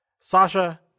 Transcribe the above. Sasha